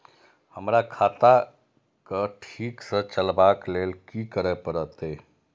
हमरा खाता क ठीक स चलबाक लेल की करे परतै